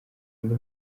andi